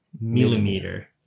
millimeter